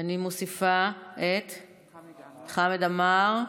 אני מוסיפה את חברי הכנסת חמד עמאר,